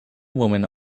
women